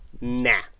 Nah